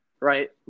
Right